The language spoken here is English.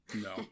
No